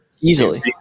Easily